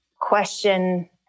question